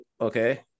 okay